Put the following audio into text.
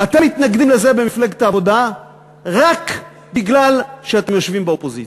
אתם מתנגדים לזה במפלגת העבודה רק בגלל שאתם יושבים באופוזיציה,